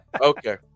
Okay